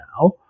now